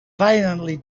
violently